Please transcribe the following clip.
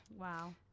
wow